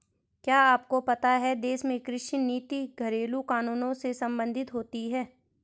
क्या आपको पता है देश में कृषि नीति घरेलु कानूनों से सम्बंधित होती है?